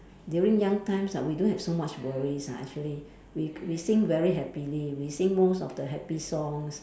during young times ah we don't have so much worries ah actually we we sing very happily we sing most of the happy songs